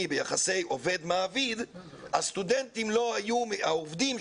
ביחסי עובד-מעביד הסטודנטים העובדים,